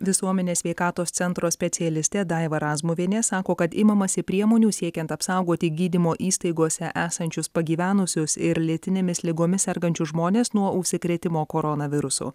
visuomenės sveikatos centro specialistė daiva razmuvienė sako kad imamasi priemonių siekiant apsaugoti gydymo įstaigose esančius pagyvenusius ir lėtinėmis ligomis sergančius žmones nuo užsikrėtimo koronavirusu